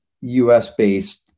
US-based